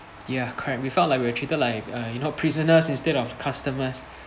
ya correct we felt like we were treated like uh you know prisoners instead of customers